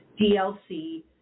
DLC